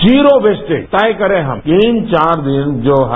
zero base से तय करें हम तीन चार नियम जो हैं